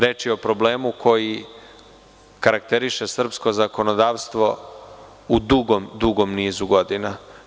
Reč je o problemu koji karakteriše srpsko zakonodavstvo u dugom, dugom nizu godina.